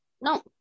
No